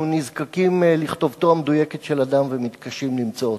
נזקקים לכתובתו המדויקת של אדם ומתקשים למצוא אותה.